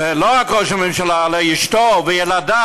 ולא רק ראש הממשלה, אלא אשתו וילדיו.